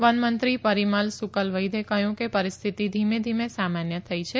one મંત્રી પરીમલ સુકલવૈદ્યે કહયું કે પરિસ્થિતિ ધીમે ધીમે સામાન્ય થઈ છે